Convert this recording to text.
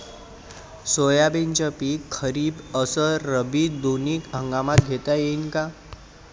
सोयाबीनचं पिक खरीप अस रब्बी दोनी हंगामात घेता येईन का?